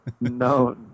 No